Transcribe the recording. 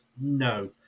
No